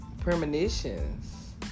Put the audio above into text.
premonitions